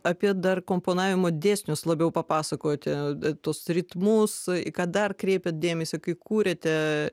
apie dar komponavimo dėsnius labiau papasakoti tuos ritmus į ką dar kreipėt dėmesį kai kūrėte